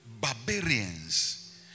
barbarians